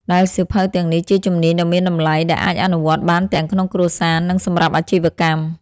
ដែលសៀវភៅទាំងនេះជាជំនាញដ៏មានតម្លៃដែលអាចអនុវត្តបានទាំងក្នុងគ្រួសារ និងសម្រាប់អាជីវកម្ម។